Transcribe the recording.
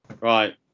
right